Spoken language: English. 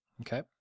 Okay